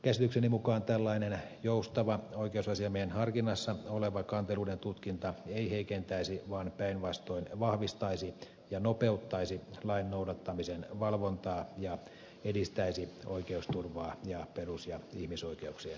käsitykseni mukaan tällainen joustava oikeusasiamiehen harkinnassa oleva kanteluiden tutkinta ei heikentäisi vaan päinvastoin vahvistaisi ja nopeuttaisi lain noudattamisen valvontaa ja edistäisi oikeusturvaa ja perus ja ihmisoikeuksien toteutumista